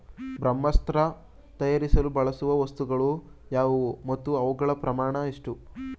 ಬ್ರಹ್ಮಾಸ್ತ್ರ ತಯಾರಿಸಲು ಬಳಸುವ ವಸ್ತುಗಳು ಯಾವುವು ಮತ್ತು ಅವುಗಳ ಪ್ರಮಾಣ ಎಷ್ಟು?